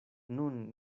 nun